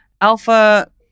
Alpha